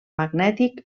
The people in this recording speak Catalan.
magnètic